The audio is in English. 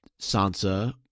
Sansa